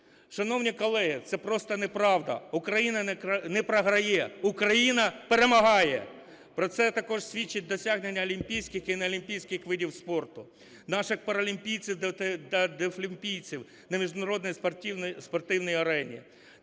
Шановні колеги, це просто неправда. Україна не програє – Україна перемагає. Про це також свідчать досягнення олімпійських і неолімпійських видів спорту, наших паралімпійців та дефлімпійців на міжнародній спортивній арені.